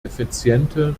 effiziente